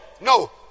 No